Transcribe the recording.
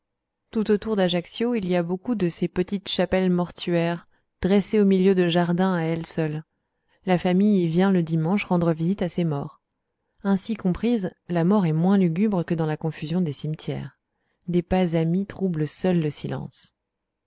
tout autour d'ajaccio il y a beaucoup de ces petites chapelles mortuaires dressées au milieu de jardins à elles seules la famille y vient le dimanche rendre visite à ses morts ainsi comprise la mort est moins lugubre que dans la confusion des cimetières des pas amis troublent seuls le silence